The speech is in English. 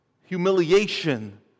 humiliation